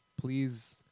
please